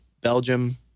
Belgium